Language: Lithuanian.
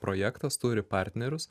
projektas turi partnerius